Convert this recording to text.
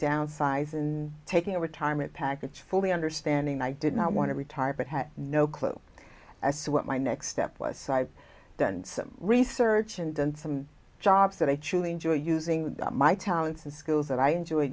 downsized in taking a retirement package fully understanding i did not want to retire but had no clue as to what my next step was so i've done some research and done some jobs that i truly enjoy using my talents and skills that i enjoy